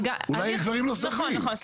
נכון,